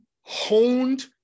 honed